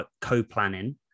co-planning